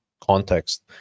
context